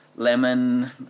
Lemon